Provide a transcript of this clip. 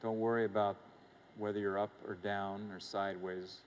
to worry about whether you're up or down or sideways